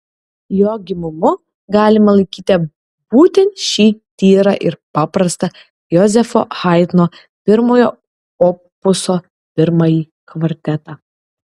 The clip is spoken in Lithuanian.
jo gimimu galima laikyti būtent šį tyrą ir paprastą jozefo haidno pirmojo opuso pirmąjį kvartetą